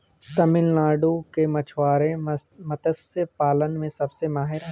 तमिलनाडु के मछुआरे मत्स्य पालन में सबसे माहिर हैं